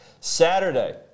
saturday